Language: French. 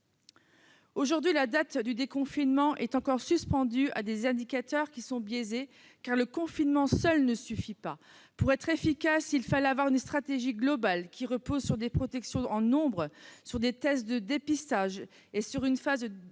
Aujourd'hui, la date du déconfinement est encore suspendue à des indicateurs qui sont biaisés, car le confinement seul ne suffit pas. Pour être efficace, il fallait avoir une stratégie globale reposant sur des protections en nombre, des tests de dépistage et une phase d'isolement